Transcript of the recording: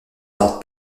tarde